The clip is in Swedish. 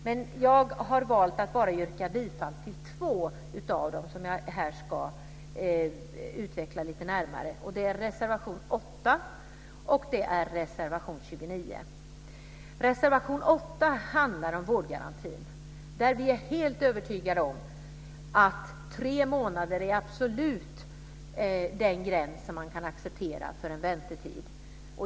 Men jag har valt att yrka bifall till bara två av dem, som jag ska utveckla lite närmare här. Det är reservation 8, och det är reservation 29. Reservation 8 handlar om vårdgarantin. Vi är helt övertygade om att tre månader är absolut den gräns som kan accepteras som väntetid.